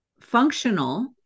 functional